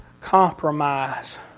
Compromise